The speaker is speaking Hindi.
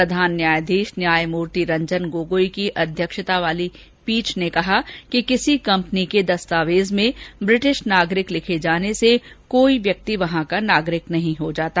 प्रधान न्यायाधीश न्यायमूर्ति रंजन गोगोई की अध्यक्षता वाली पीठ ने कहा कि किसी कम्पनी के दस्तावेज में ब्रिटिश नागरिक लिखे जाने से कोई व्यक्ति वहां का नागरिक नहीं हो जाता